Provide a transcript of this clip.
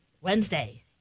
Wednesday